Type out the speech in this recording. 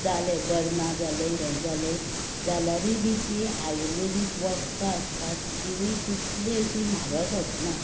जालें बर ना जालें हें जालें जाल्यारय बी तीं आयुर्वेदीक वखदां आसतात तिवूय तितलीं अशीं म्हारग आसनात